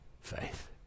faith